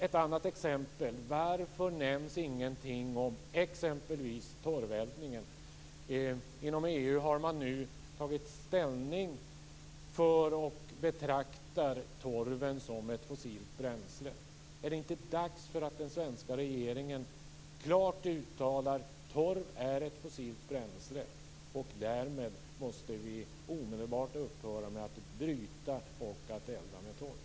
Ett annat exempel: Varför nämns ingenting om torvvältning? Inom EU har man nu tagit ställning för torv, och man betraktar den som ett fossilt bränsle. Är det inte dags för den svenska regeringen att klart uttala att torv är ett fossilt bränsle och att vi därmed omedelbart måste upphöra med att bryta och att elda med torv?